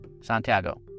Santiago